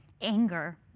anger